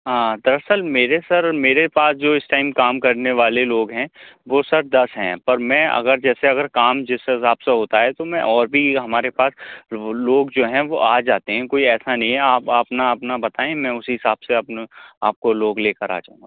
ہاں دراصل میرے سر میرے پاس جو اِس ٹائم کام کرنے والے لوگ ہیں وہ سر دس ہیں پر میں اگر جیسے اگر کام جس حساب سے ہوتا ہے تو میں اور بھی ہمارے پاس لو لوگ جو ہیں وہ آجاتے ہیں کوئی ایسا نہیں ہے آپ اپنا اپنا بتائیں میں اُسی حساب سے اپنا آپ کو لوگ لے کر آجاؤں گا